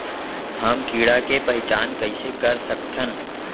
हम कीड़ा के पहिचान कईसे कर सकथन